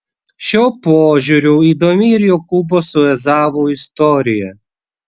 šiuo požiūriu įdomi ir jokūbo su ezavu istorija